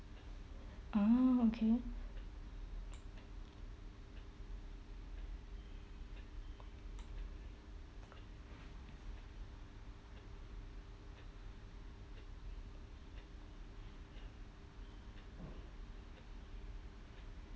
oh okay